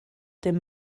dem